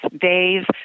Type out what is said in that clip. days